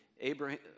Abraham